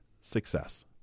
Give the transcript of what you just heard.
success